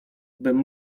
bym